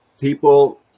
people